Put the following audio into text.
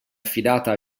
affidata